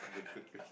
good good good